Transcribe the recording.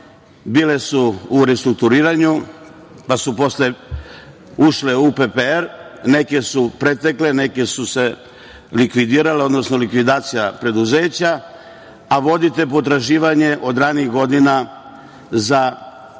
bile su u restrukturiranju, pa su posle ušle u PPR, neke su pretekle, neke su se likvidirale, odnosno likvidacija preduzeća, a vodite potraživanje od ranijih godina za određenu